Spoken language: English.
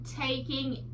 taking